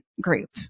group